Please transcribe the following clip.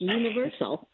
universal